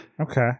Okay